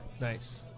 Nice